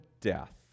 death